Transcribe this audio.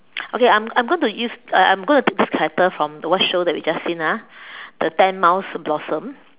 okay I'm I'm going to use uh uh I'm going to take this character from the what show that we just seen ah the ten miles blossom